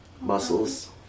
Muscles